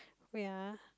wait ah